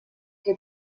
que